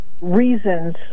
reasons